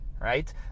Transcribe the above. right